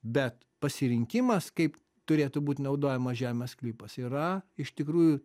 bet pasirinkimas kaip turėtų būt naudojamas žemės sklypas yra iš tikrųjų